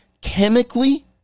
Chemically